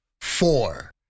four